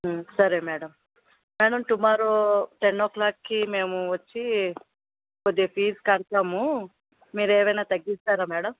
సరే madam madam tomorrow ten ఓ క్లాక్కి మేము వచ్చి కొద్దిగా ఫీస్ కడతాము మీరేమైనా తగ్గిస్తారా మేడం